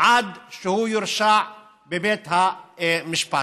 עד שהוא יורשע בבית המשפט.